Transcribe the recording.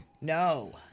no